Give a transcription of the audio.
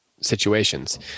situations